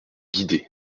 guider